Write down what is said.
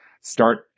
start